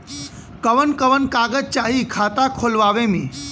कवन कवन कागज चाही खाता खोलवावे मै?